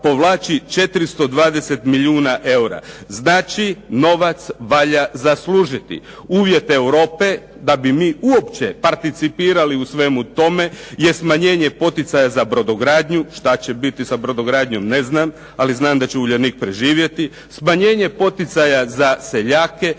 povlači 420 milijuna eura. Znači novac valja zaslužiti. Uvjet Europe da bi mi uopće participirali u svemu tome je smanjenje poticaja za brodogradnju. Šta će biti sa brodogradnjom, ne znam, ali znam da će Uljanik preživjeti. Smanjenje poticaja za seljake,